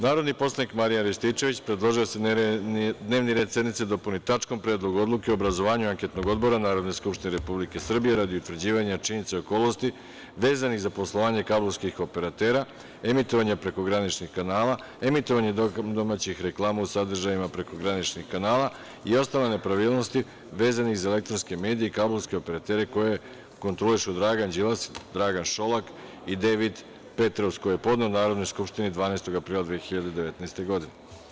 Narodni poslanik Marijan Rističević predložio je da se dnevni red sednice dopuni tačkom – Predlog odluke o obrazovanju anketnog odbora Narodne skupštine Republike Srbije radi utvrđivanja činjenica i okolnosti vezanih za poslovanje kablovskih operatera, emitovanja prekograničnih kanala, emitovanje domaćih reklama u sadržajima prekograničnih kanala i ostale nepravilnosti vezanih za elektronske medije i kablovske operatere koje kontrolišu Dragan Đilas, Dragan Šolak i Dejvid Petreus, koji je podneo Narodnoj skupštini 12. aprila 2019. godine.